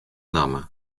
namme